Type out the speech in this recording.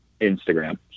Instagram